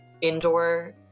indoor